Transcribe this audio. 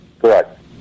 Correct